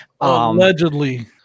allegedly